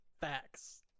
Facts